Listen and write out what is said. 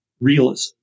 realism